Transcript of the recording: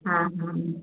हाँ हाँ